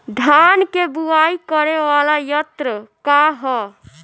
धान के बुवाई करे वाला यत्र का ह?